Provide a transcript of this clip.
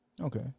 Okay